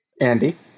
Andy